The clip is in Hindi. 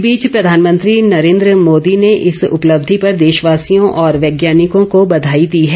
इस बीच प्रधानमंत्री नरेन्द्र मोदी ने इस उपलब्धि पर देशवासियों और वैज्ञानिकों को बधाई दी हैं